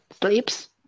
Sleeps